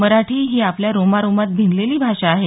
मराठी ही आपल्या रोमारोमात भिनलेलली भाषा आहे